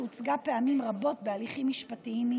שהוצגה פעמים רבות בהליכים משפטיים,